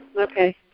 Okay